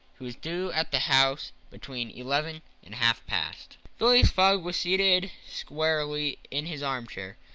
who was due at the house between eleven and half-past. phileas fogg was seated squarely in his armchair,